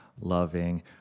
loving